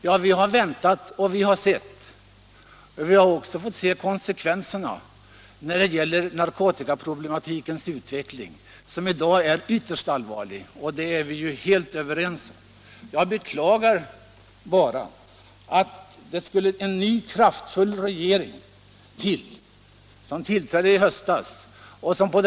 Ja, vi har väntat och vi har sett, och vi har också fått se konsekvenserna av narkotikaproblematikens utveckling, som i dag är ytterst allvarliga! Det är vi helt överens om. Jag beklagar bara att det skulle behöva dröja tills det kom en ny och kraftfull regering för den sakens skull.